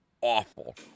awful